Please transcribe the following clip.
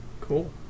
Cool